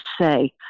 say